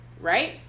right